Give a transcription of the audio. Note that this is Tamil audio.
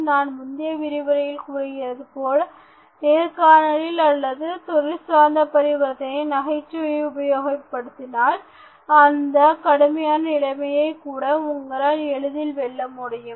நான் முந்தைய விரிவுரையில் கூறியதுபோல் நேர்காணலில் அல்லது தொழில்சார்ந்த பரிவர்த்தனையில் நகைச்சுவையை உபயோகிப்பதினால் அந்த கடுமையான நிலைமையை கூட உங்களால் எளிதில் வெல்ல முடியும்